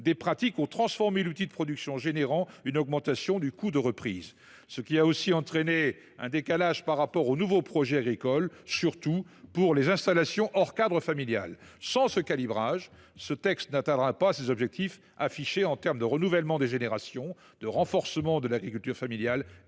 des pratiques ont transformé l’outil de production, entraînant une augmentation du coût de reprise et un décalage par rapport aux nouveaux projets agricoles, surtout pour les installations hors cadre familial. Sans ce calibrage, ce texte n’atteindra pas ses objectifs affichés de renouvellement des générations, ainsi que de renforcement de l’agriculture familiale